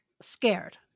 scared